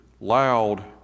loud